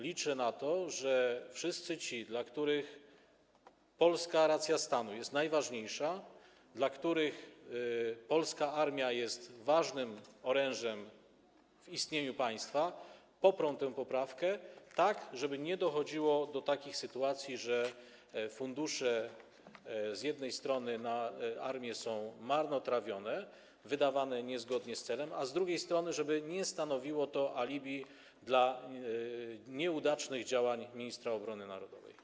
Liczę na to, że wszyscy ci, dla których polska racja stanu jest najważniejsza, dla których polska armia jest ważnym orężem, jeśli chodzi o istnienie państwa, poprą tę poprawkę, tak żeby z jednej strony nie dochodziło do takich sytuacji, że fundusze na armię są marnotrawione, wydawane niezgodnie z celem, a z drugiej strony żeby nie stanowiło to alibi dla nieudolnych działań ministra obrony narodowej.